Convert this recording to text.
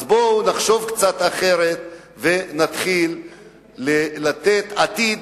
אז בואו נחשוב קצת אחרת ונתחיל לתת עתיד